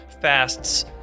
fasts